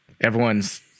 everyone's